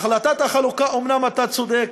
החלטת החלוקה, אומנם אתה צודק,